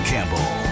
Campbell